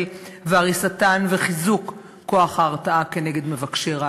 והריסתן וחיזוק כוח ההרתעה כנגד מבקשי רעתנו.